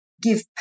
give